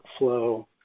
workflow